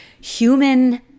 human